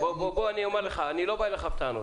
אדוני היושב-ראש --- אני לא בא אליך בטענות,